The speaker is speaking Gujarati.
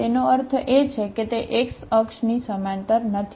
તેનો અર્થ એ છે કે તે x અક્ષની સમાંતર નથી